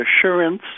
assurance